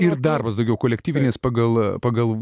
ir darbas daugiau kolektyvinis pagal pagal